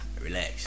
Relax